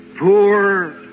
poor